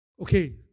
Okay